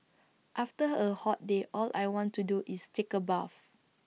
after A hot day all I want to do is take A bath